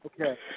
okay